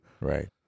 right